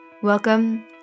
Welcome